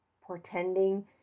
portending